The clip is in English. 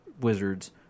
wizards